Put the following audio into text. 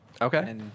Okay